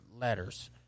letters